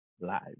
live